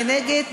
מי נגד?